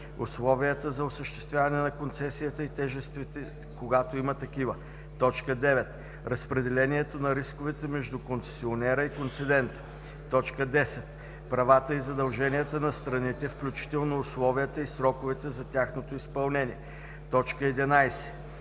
условията за осъществяване на концесията и тежестите, когато има такива; 9. разпределението на рисковете между концесионера и концедента; 10. правата и задълженията на страните, включително условията и сроковете за тяхното изпълнение; 11.